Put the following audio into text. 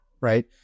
right